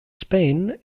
spain